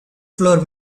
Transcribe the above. floor